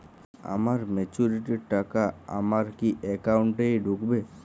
আমার ম্যাচুরিটির টাকা আমার কি অ্যাকাউন্ট এই ঢুকবে?